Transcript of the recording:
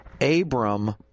Abram